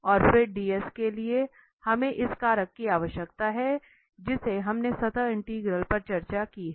और फिर ds के लिए हमें इस कारक की आवश्यकता है जिसे हमने सतह इंटीग्रल पर चर्चा की है